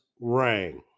rang